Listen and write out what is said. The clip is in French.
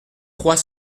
trois